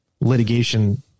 litigation